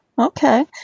Okay